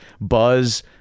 Buzz